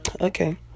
Okay